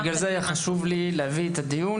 לכן היה חשוב לי להביא את הדיון,